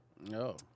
No